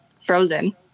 frozen